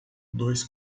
dois